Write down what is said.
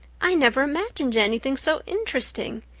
i never imagined anything so interesting.